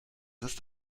ist